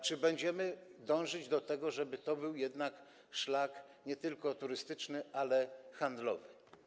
Czy będziemy dążyć do tego, żeby był to jednak szlak nie tylko turystyczny, ale i handlowy?